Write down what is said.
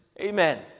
Amen